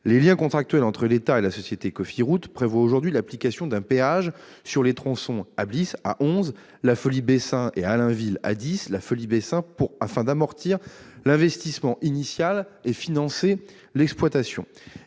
Les liens contractuels entre l'État et la société Cofiroute prévoient aujourd'hui l'application d'un péage sur les tronçons Ablis (A11)-La Folie-Bessin et Allainville (A10)-La Folie-Bessin, afin d'amortir l'investissement initial et de financer l'exploitation.